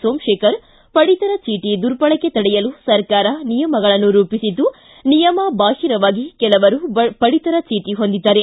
ಸೋಮಶೇಖರ್ ಪಡಿತರ ಚೀಟಿ ದುರ್ಬಳಕೆ ತಡೆಯಲು ಸರ್ಕಾರ ನಿಯಮಗಳನ್ನು ರೂಪಿಸಿದ್ದು ನಿಯಮ ಬಾಹಿರವಾಗಿ ಕೆಲವರು ಪಡಿತರ ಚೀಟಿ ಹೊಂದಿದ್ದಾರೆ